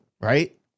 right